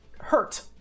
hurt